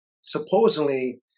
supposedly